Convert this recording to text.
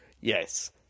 yes